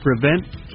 prevent